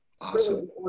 Awesome